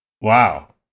Wow